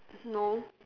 no